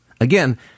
Again